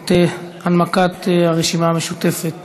את הנמקת הרשימה המשותפת